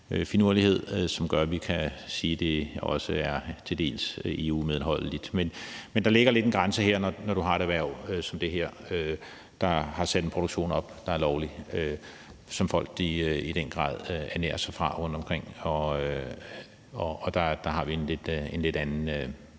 som gør, at vi kan sige, at det til dels også er EU-medholdeligt. Men der ligger lidt en grænse her, når du har et erhverv som det her, der har sat en produktion op, som er lovlig, og som folk i den grad ernærer sig ved rundtomkring. Der har vi en lidt anden